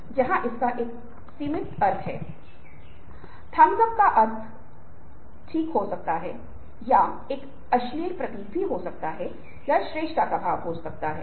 तो इसके लिए एक व्यक्तिपरक आयाम है लेकिन इससे अधिक महत्वपूर्ण यह है कि जो प्रासंगिक है वह यह पता लगाना है कि वास्तव में क्या हो रहा है जब कोई व्यक्ति किसी और के साथ छेड़छाड़ कर रहा है